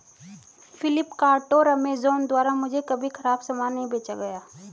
फ्लिपकार्ट और अमेजॉन द्वारा मुझे कभी खराब सामान नहीं बेचा गया